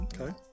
Okay